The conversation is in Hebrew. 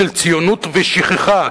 של ציונות ושכחה,